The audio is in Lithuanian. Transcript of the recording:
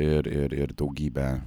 ir ir ir daugybę